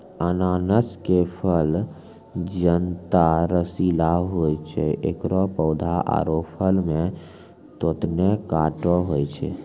अनानस के फल जतना रसीला होय छै एकरो पौधा आरो फल मॅ होतने कांटो होय छै